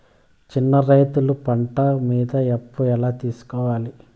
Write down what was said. చిన్న రైతులు పంట మీద అప్పు ఎలా తీసుకోవాలి?